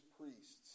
priests